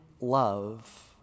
love